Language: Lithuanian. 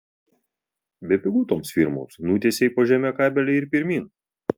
bepigu toms firmoms nutiesei po žeme kabelį ir pirmyn